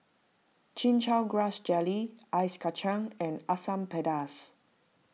Chin Chow Grass Jelly Ice Kachang and Asam Pedas